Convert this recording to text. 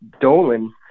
Dolan